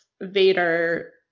Vader